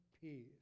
peace